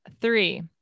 Three